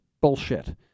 bullshit